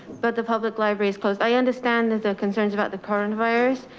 but the public library is closed. i understand that the concerns about the current virus,